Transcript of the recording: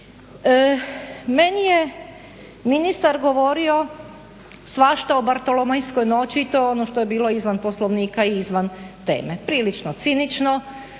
Meni je ministar govorio svašta o bartolomejskoj noći i to je ono što je bilo izvan Poslovnika i izvan teme. Prilično cinično,